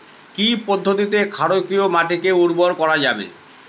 কি পদ্ধতিতে ক্ষারকীয় মাটিকে উর্বর করা যাবে?